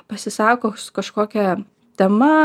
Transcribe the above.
pasisako su kažkokia tema